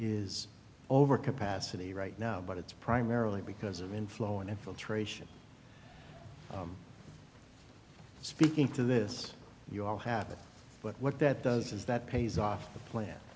is overcapacity right now but it's primarily because of inflow and infiltration i'm speaking to this you all happen but what that does is that pays off the plant